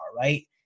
right